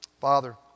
Father